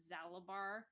Zalabar